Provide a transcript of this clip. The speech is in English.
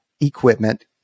equipment